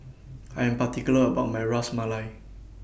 I Am particular about My Ras Malai